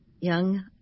young